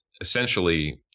essentially